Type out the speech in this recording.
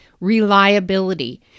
reliability